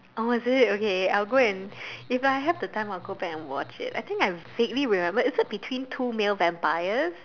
oh is it okay I'll go and if I have the time I'll go back and watch it I think I vaguely remember is it between two male vampires